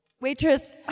Waitress